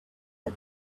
but